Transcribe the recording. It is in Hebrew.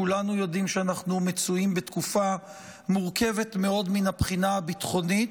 כולנו יודעים שאנחנו מצויים בתקופה מורכבת מאוד מן הבחינה הביטחונית,